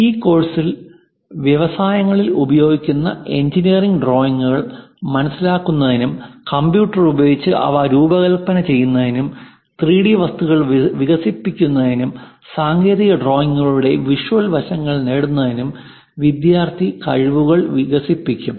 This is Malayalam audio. ഈ കോഴ്സിൽ വ്യവസായങ്ങളിൽ ഉപയോഗിക്കുന്ന എഞ്ചിനീയറിംഗ് ഡ്രോയിംഗുകൾ മനസിലാക്കുന്നതിനും കമ്പ്യൂട്ടർ ഉപയോഗിച്ച് അവ രൂപകൽപ്പന ചെയ്യുന്നതിനും 3D വസ്തുക്കൾ വികസിപ്പിക്കുന്നതിനും സാങ്കേതിക ഡ്രോയിംഗുകളുടെ വിഷ്വൽ വശങ്ങൾ നേടുന്നതിനും വിദ്യാർത്ഥി കഴിവുകൾ വികസിപ്പിക്കും